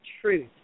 truth